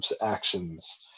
actions